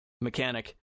mechanic